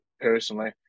personally